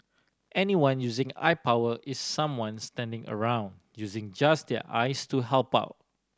anyone using eye power is someone standing around using just their eyes to help out